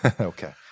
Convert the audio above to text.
okay